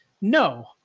No